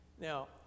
Now